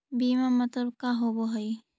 बीमा मतलब का होव हइ?